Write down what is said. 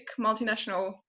multinational